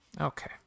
okay